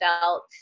felt